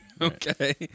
Okay